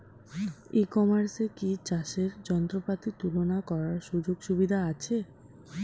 ই কমার্সে কি চাষের যন্ত্রপাতি তুলনা করার সুযোগ সুবিধা আছে?